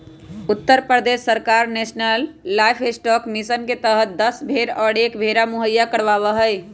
उत्तर प्रदेश सरकार national livestock mission के तहद दस भेंड़ और एक भेंड़ा मुहैया करवावा हई